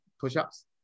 push-ups